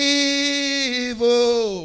evil